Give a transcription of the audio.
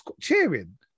cheering